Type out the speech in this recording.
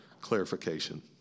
clarification